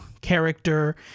character